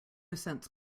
sense